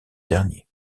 dernier